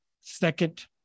second